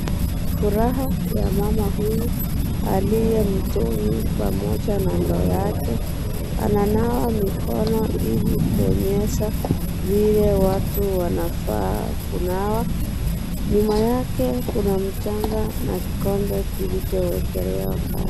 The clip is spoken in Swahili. Furaha ya mama huyu aliye mtoni pamoja na ndoo yake. Ananawa mikono ilikuonyesha vile watu wanafaa kunawa, nyuma yake kuna mchanga na kikombe kilichowekelewa kando.